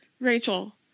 rachel